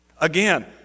again